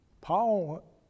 Paul